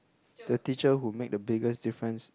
the teacher who made the biggest difference